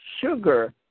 sugar